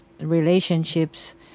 relationships